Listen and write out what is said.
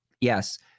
yes